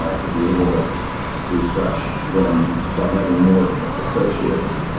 ah to be able to refresh. and by having more associates,